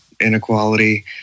inequality